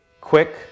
quick